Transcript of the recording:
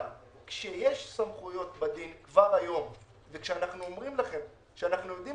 אבל כשיש סמכויות בדין כבר היום וכשאנחנו אומרים לכם שאנחנו יודעים